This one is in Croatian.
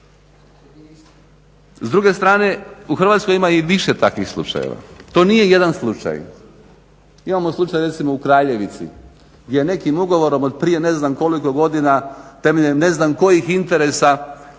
S druge strane u Hrvatskoj ima i više takvih slučajeva. To nije jedan slučaj. Imamo slučaj recimo u Kraljevici gdje nekim ugovorom od prije ne znam koliko godina temeljem ne znam kojih interesa